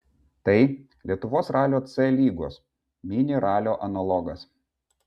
tai lietuvos ralio c lygos mini ralio analogas